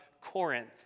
Corinth